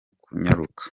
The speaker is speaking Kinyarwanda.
kunyaruka